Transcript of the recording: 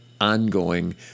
ongoing